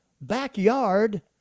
backyard